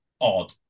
odd